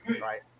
right